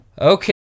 Okay